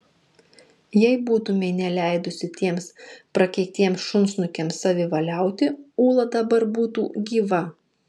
jei būtumei neleidusi tiems prakeiktiems šunsnukiams savivaliauti ūla dabar būtų gyva